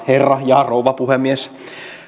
herra ja rouva puhemies